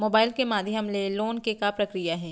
Mobile के माधयम ले लोन के का प्रक्रिया हे?